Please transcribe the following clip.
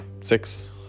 six